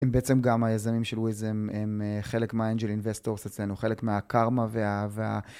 אם בעצם גם היזמים של וויזם הם חלק מהאנג'ל אינבסטורס אצלנו, חלק מהקארמה וה...